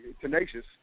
tenacious